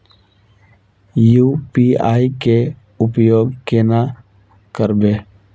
UPI के उपयोग केना करबे?